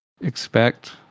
expect